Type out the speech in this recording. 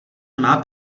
nemá